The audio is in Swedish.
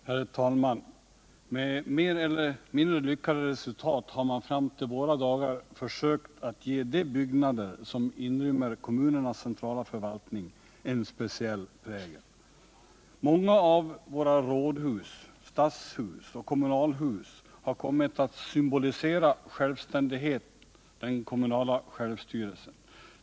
Herr talman! Med mer eller mindre lyckade resultat har man fram till våra dagar försökt att ge de byggnader som inrymmer kommunernas centrala förvaltning en speciell prägel. Många av våra rådhus, stadshus och kommunalhus har kommit att symbolisera självständigheten, den kommunala självstyrelsen.